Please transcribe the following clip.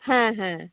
হ্যাঁ হ্যাঁ